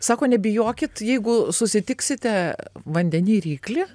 sako nebijokit jeigu susitiksite vandeny ryklį